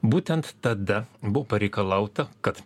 būtent tada buvo pareikalauta kad